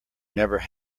never